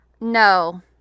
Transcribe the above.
no